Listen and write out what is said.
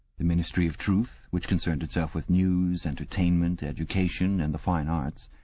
the ministry of truth, which concerned itself with news, entertainment, education, and the fine arts.